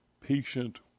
patient